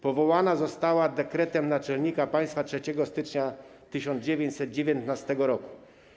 Powołana została dekretem naczelnika państwa 3 stycznia 1919 r.